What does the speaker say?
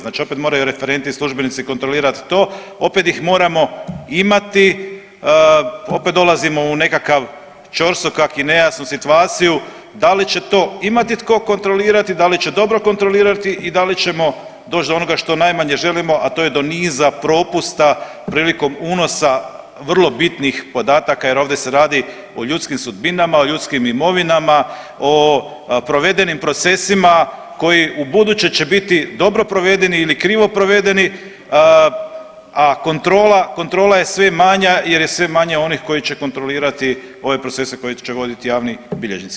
Znači opet moraju referenti, službenici kontrolirat to, opet ih moramo imati, opet dolazimo u nekakav ćorsokak i nejasnu situaciju da li će to imati tko kontrolirati, da li će dobro kontrolirati i da li ćemo doć do onoga što najmanje želimo, a to je do niza propusta prilikom unosa vrlo bitnih podataka jer ovdje se radi o ljudskim sudbinama, o ljudskim imovinama, o provedenim procesima koji ubuduće će biti dobro provedeni ili krivo provedeni, a kontrola je sve manja jer je sve manje onih koji će kontrolirati ove procese koji će voditi javni bilježnici.